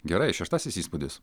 gerai šeštasis įspūdis